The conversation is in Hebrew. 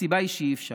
הסיבה היא אי-אפשר.